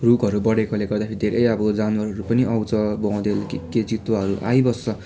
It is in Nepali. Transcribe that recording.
रुखहरू बढेकोले गर्दा फेरि अब धेरै अब जनावरहरू पनि आउँछ बँदेल के के चितुवाहरू आइबस्छ